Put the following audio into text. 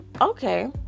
Okay